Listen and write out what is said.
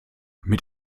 mit